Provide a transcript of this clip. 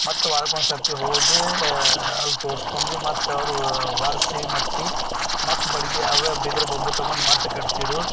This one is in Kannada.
ಮತ್ತೆ ವಾರಕ್ಕೊಂದ್ಸರ್ತಿ ಹೋಗಿ ಅಲ್ಲಿ ತೋರಿಸ್ಕೊಂಡು ಮತ್ತೆ ಅವರು ಒರ್ಸಿ ಮಟ್ಟಿ ಮತ್ತೆ ಬಡಿಗೆ ಅವೆ ಬಿದಿರು ಬೊಂಬು ತೊಗೊಂಡು ಮತ್ತೆ ಕಟ್ತಿರು